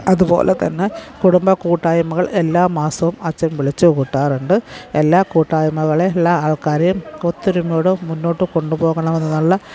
അതുപോലെതന്നെ കുടുംബകൂട്ടായ്മകൾ എല്ലാ മാസവും അച്ചൻ വിളിച്ചുകൂട്ടാറുണ്ട് എല്ലാ കുട്ടായ്മകളിലുള്ള ആൾക്കാരെയും ഒത്തൊരുമയോടും മുന്നോട്ട് കൊണ്ടുപോകണമെന്നുള്ള